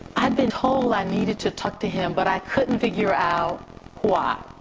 i'd been told i needed to talk to him, but i couldn't figure out why.